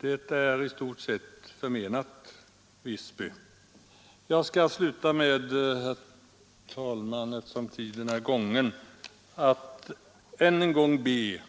Det är i stort sett förmenat Visby. Eftersom tiden är långt gången, herr talman, skall jag till sist be